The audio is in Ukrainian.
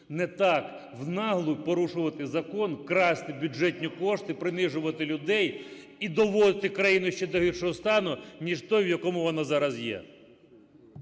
не так в наглу порушувати закон, красти бюджетні кошти, принижувати людей і доводити країну ще до гіршого стану, ніж в тому, в якому вона зараз є.